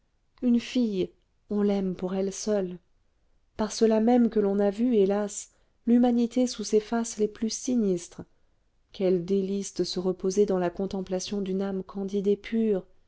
une fille on l'aime pour elle seule par cela même que l'on a vu hélas l'humanité sous ses faces les plus sinistres quelles délices de se reposer dans la contemplation d'une âme candide et pure